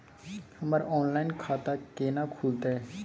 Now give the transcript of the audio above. हमर ऑनलाइन खाता केना खुलते?